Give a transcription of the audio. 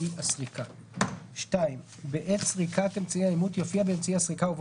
אמצעי הסריקה); (2) בעת סריקת אמצעי האימות יופיע באמצעי הסריקה,